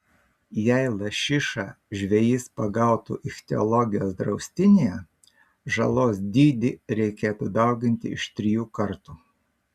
jei lašišą žvejys pagautų ichtiologijos draustinyje žalos dydį reikėtų dauginti iš trijų kartų